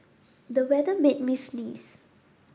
the weather made me sneeze